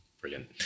Brilliant